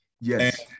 Yes